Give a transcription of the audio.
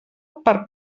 per